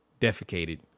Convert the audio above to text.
defecated